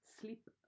sleep